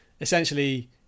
essentially